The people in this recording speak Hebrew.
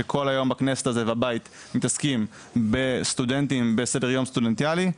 שכל היום בכנסת ובית מתעסקים בסדר יום סטודנטיאלי,